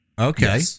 okay